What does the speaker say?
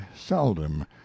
seldom